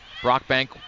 Brockbank